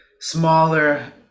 smaller